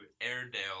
Airedale